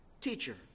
teacher